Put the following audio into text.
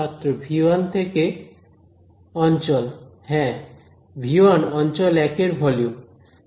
ছাত্র V 1 থেকে অঞ্চল হ্যাঁ V 1 অঞ্চল 1 এর ভলিউম